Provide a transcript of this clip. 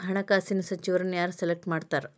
ಹಣಕಾಸಿನ ಸಚಿವರನ್ನ ಯಾರ್ ಸೆಲೆಕ್ಟ್ ಮಾಡ್ತಾರಾ